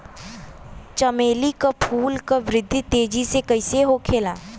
चमेली क फूल क वृद्धि तेजी से कईसे होखेला?